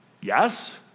Yes